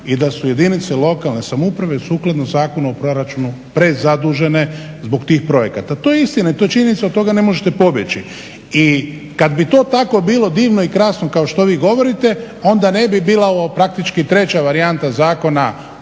i da su jedinice lokalne samouprave sukladno Zakonu o proračunu, prezadužene zbog tih projekata. To je istina i to je činjenica, od toga ne možete pobjeći. I kad bi to tako bilo divno i krasno kao što vi govorite onda ne bi bila ova praktički treća varijanta Zakona